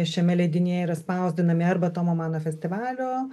šiame leidinyje yra spausdinami arba tomo mano festivalio